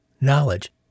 knowledge